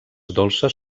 dolces